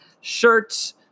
shirts